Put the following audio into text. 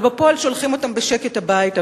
אבל בפועל שולחים אותם בשקט הביתה,